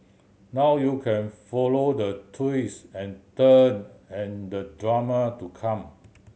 now you can follow the twist and turn and the drama to come